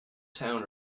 town